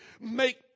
make